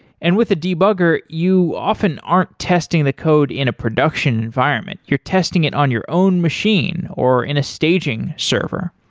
and with the debugger, you often aren't testing the code in a production environment. you're testing it on your own machine or in a staging server.